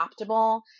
optimal